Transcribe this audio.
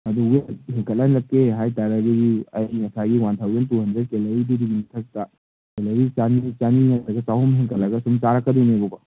ꯑꯗꯨ ꯋꯦꯠ ꯍꯦꯟꯒꯠꯍꯜꯂꯛꯀꯦ ꯍꯥꯏꯇꯥꯔꯒꯗꯤ ꯑꯩ ꯉꯁꯥꯏꯒꯤ ꯋꯥꯟ ꯊꯥꯎꯖꯟ ꯇꯨ ꯍꯟꯗ꯭ꯔꯦꯠ ꯀꯦꯂꯣꯔꯤꯗꯨꯒꯤ ꯃꯊꯛꯇ ꯀꯦꯂꯣꯔꯤ ꯆꯅꯤ ꯆꯅꯤ ꯅꯠꯇ꯭ꯔꯒ ꯆꯍꯨꯝ ꯍꯦꯟꯒꯠꯂꯒ ꯁꯨꯝ ꯆꯥꯔꯛꯀꯗꯣꯏꯅꯦꯕꯀꯣ